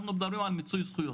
אנחנו מדברים על מיצוי זכויות,